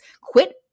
quit